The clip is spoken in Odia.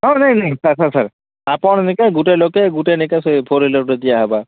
ହଁ ନାଇଁ ନାଇଁ ସାର୍ ସାର୍ ସାର୍ ଆପଣ ନିକେ ଗୁଟେ ଲୋକକେ ଗୁଟେ ନେଇକା ସେ ଫୋର୍ ହ୍ୱିଲର୍ ଦିଆହେବା